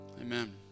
Amen